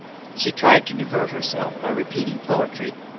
she tried to divert herself by repeating poetry,